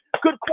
Good